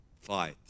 Fight